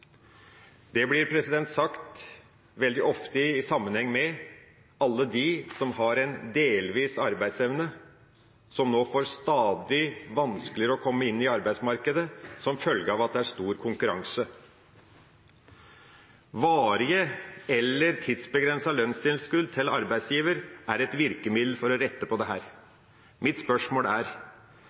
Det blir sagt veldig ofte i sammenheng med alle dem som har en delvis arbeidsevne, som nå får det stadig vanskeligere med å komme inn i arbeidsmarkedet som følge av at det er stor konkurranse. Varige eller tidsbegrensede lønnstilskudd til arbeidsgiver er et virkemiddel for å rette på dette. Mitt spørsmål er: